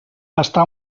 està